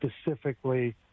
specifically